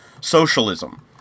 socialism